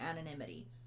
anonymity